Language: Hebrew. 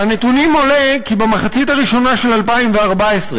מהנתונים עולה כי במחצית הראשונה של 2014,